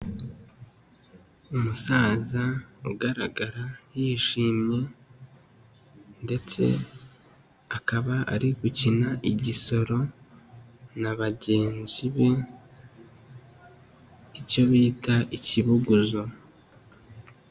Umusaza ugaragara yishimye ndetse akaba ari gukina igisoro na bagenzi be, icyo bita ikibuguzo.